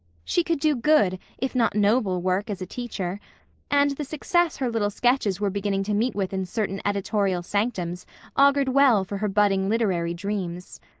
she could do good, if not noble, work as a teacher and the success her little sketches were beginning to meet with in certain editorial sanctums augured well for her budding literary dreams.